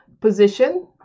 position